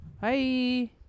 Hi